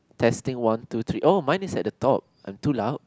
testing one two three oh mine is at the top I'm too loud